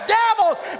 devil's